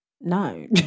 no